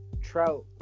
Trout